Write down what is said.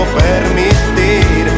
permitir